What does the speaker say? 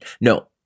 no